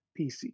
PC